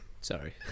sorry